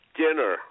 dinner